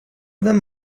them